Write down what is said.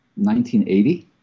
1980